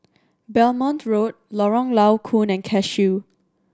Belmont Road Lorong Low Koon and Cashew